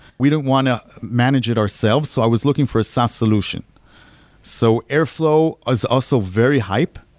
we didn't want to manage it ourselves, so i was looking for a saas solution so airflow is also very hype.